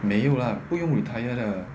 没有 lah 不用 retire 的